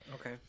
Okay